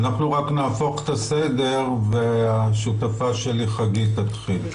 אנחנו רק נהפוך את הסדר והשותפה של חגית תתחיל.